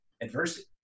adversity